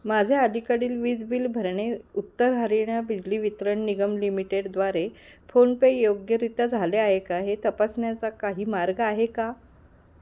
माझ्या अलीकडील वीज बिल भरणे उत्तर हरियाणा बिजली वितरण निगम लिमिटेडद्वारे फोनपे योग्यरित्या झाले आहे का हे तपासण्याचा काही मार्ग आहे का